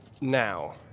Now